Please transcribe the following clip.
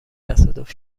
تصادف